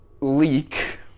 leak